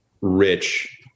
rich